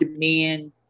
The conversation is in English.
demand